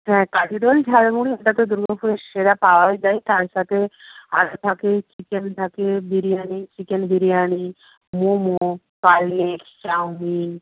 হ্যাঁ কাঠি রোল ঝালমুড়ি ওটা তো দুর্গাপুরের সেরা পাওয়াও যায় তার সাথে আর থাকে চিকেন থাকে biryani chicken biryani momo cutlet chowmein